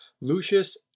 Lucius